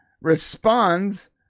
responds